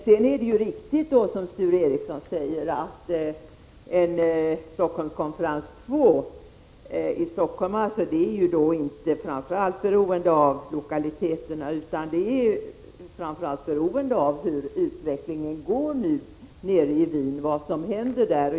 Det är riktigt som Sture Ericson säger att anordnandet av en Stockholmskonferens 2 beror inte främst av lokaliteterna utan framför allt av utvecklingen nere i Wien.